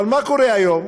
אבל מה קורה היום?